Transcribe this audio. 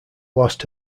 lost